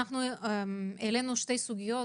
העלינו שתי סוגיות,